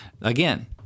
Again